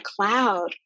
cloud